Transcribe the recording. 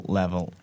level